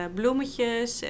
bloemetjes